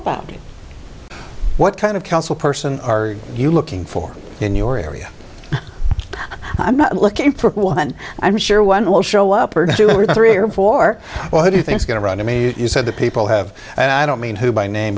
about what kind of council person are you looking for in your area i'm not looking for one i'm sure one will show up or two or three or four well how do you think it's going to run i mean you said that people have and i don't mean who by name